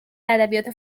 ادبیات